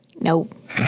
Nope